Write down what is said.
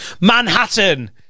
Manhattan